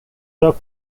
the